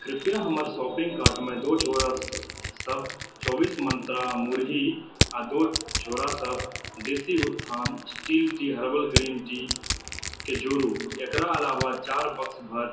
कृपया हमर shopping cart मे दो झोरा सब चौबीस मन्त्रा मुड़ही आ दो झोरा सब Desi Utthan steel tea herbal green tea के जोड़ू एकरा अलावा चार बॉक्स भर